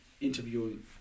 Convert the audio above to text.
interviewing